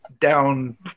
down